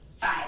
Five